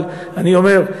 אבל אני אומר,